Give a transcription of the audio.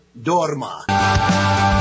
Dorma